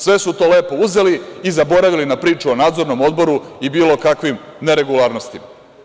Sve su to lepo uzeli i zaboravili na priču o nadzornom odboru i bilo kakvim neregularnostima.